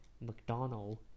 mcdonald